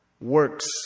works